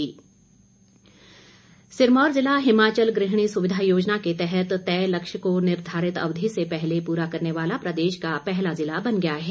गुहिणी सुविधा सिरमौर जिला हिमाचल गृहिणी सुविधा योजना के तहत तय लक्ष्य को निर्धारित अवधि से पहले पूरा करने वाला प्रदेश का पहला जिला बन गया है